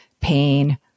pain